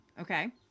Okay